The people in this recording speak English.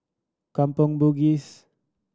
Kampong Bugis